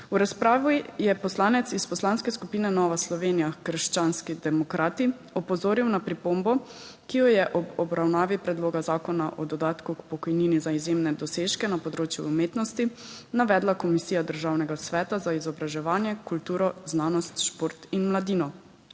V razpravi je poslanec iz Poslanske skupine Nova Slovenija - Krščanski demokrati opozoril na pripombo, ki jo je ob obravnavi Predloga zakona o dodatku k pokojnini za izjemne dosežke na področju umetnosti navedla Komisija Državnega sveta za izobraževanje, kulturo, znanost, šport in mladino,